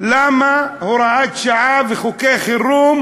למה הוראת שעה וחוקי חירום,